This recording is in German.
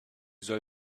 soll